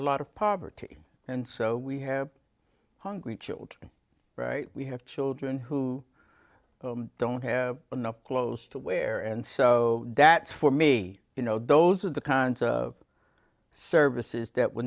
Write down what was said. a lot of poverty and so we have hungry children right we have children who don't have enough clothes to wear and so that's for me you know those are the cons of services that w